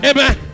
Amen